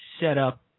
set-up